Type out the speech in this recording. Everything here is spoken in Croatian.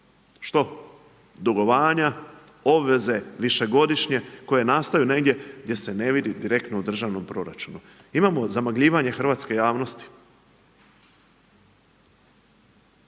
što? Dugovanja, obveze višegodišnje, koje nastaju negdje gdje se ne vidi direktno u državnom proračunu. Imamo zamagljivanje hrvatske javnosti.